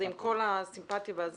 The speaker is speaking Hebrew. עם כל הסימפטיה והכול,